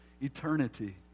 eternity